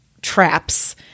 traps